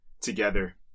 together